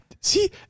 See